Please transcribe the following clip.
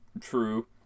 true